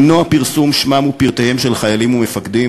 למנוע פרסום שמם ופרטיהם של חיילים ומפקדים